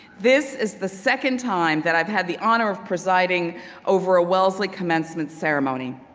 this is the second time that i've had the honor of presiding over a wellesley commencement ceremony.